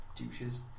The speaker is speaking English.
douches